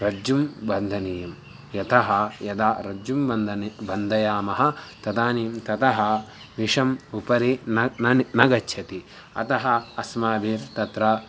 रज्जुं बन्धनीयं यतः यदा रज्जुं बन्धनं बन्धयामः तदानीं ततः विषम् उपरि न न न गच्छति अतः अस्माभिः तत्र